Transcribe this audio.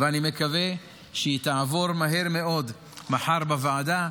ואני מקווה שהיא תעבור מהר מאוד מחר בוועדה,